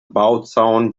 bauzaun